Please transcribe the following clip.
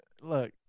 Look